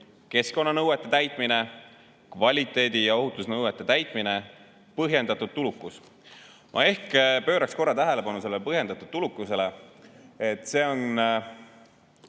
keskkonnanõuete täitmine, kvaliteedi‑ ja ohutusnõuete täitmine, põhjendatud tulukus. Ma pööraksin tähelepanu põhjendatud tulukusele. See